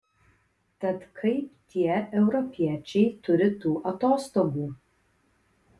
tad kaip tie europiečiai turi tų atostogų